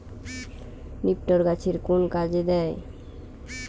নিপটর গাছের কোন কাজে দেয়?